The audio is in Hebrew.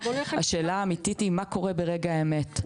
אבל השאלה האמיתית היא מה קורה ברגע האמת.